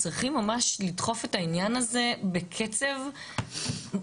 צריכים ממש לדחוף את העניין הזה בקצב מסחרר,